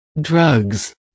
drugs